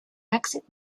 exit